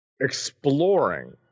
exploring